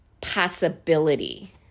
possibility